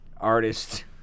artist